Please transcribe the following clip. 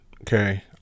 okay